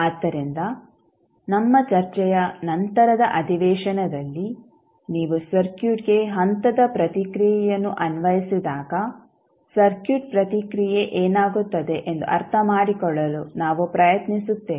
ಆದ್ದರಿಂದ ನಮ್ಮ ಚರ್ಚೆಯ ನಂತರದ ಅಧಿವೇಶನದಲ್ಲಿ ನೀವು ಸರ್ಕ್ಯೂಟ್ಗೆ ಹಂತದ ಪ್ರತಿಕ್ರಿಯೆಯನ್ನು ಅನ್ವಯಿಸಿದಾಗ ಸರ್ಕ್ಯೂಟ್ ಪ್ರತಿಕ್ರಿಯೆ ಏನಾಗುತ್ತದೆ ಎಂದು ಅರ್ಥಮಾಡಿಕೊಳ್ಳಲು ನಾವು ಪ್ರಯತ್ನಿಸುತ್ತೇವೆ